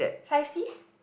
hi sis